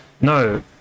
no